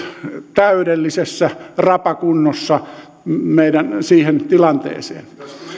täydellisessä rapakunnossa siihen tilanteeseen